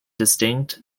distinct